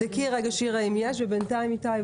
תבדקי אם יש ובינתיים איתי,